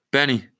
Benny